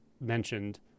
mentioned